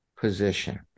position